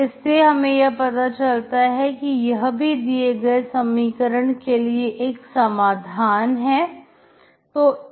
इससे हमें यह पता चलता है कि यह भी दिए गए समीकरण के लिए एक समाधान है